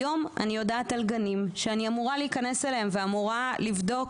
היום אני יודעת על גנים שאני אמורה להיכנס אליהם ואמורה לבדוק,